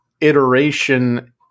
iteration